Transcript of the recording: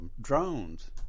drones